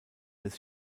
des